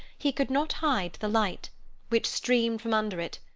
he could not hide the light which streamed from under it,